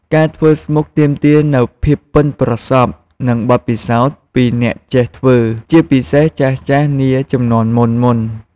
ការធ្វើស្មុកទាមទារនូវភាពប៉ិនប្រសប់និងបទពិសោធន៍ពីអ្នកចេះធ្វើ ជាពិសេសចាស់ៗនាជំនាន់មុនៗ។